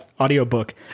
audiobook